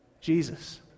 Jesus